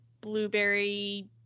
blueberry